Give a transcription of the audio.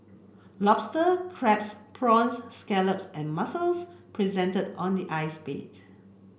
lobster crabs prawns scallops and mussels presented on the ice bed